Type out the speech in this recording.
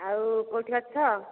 କେଉଁଠି ଅଛ